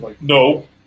No